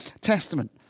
Testament